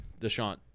Deshaun